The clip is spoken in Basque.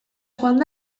joango